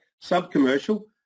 Sub-commercial